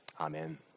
Amen